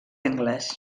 anglès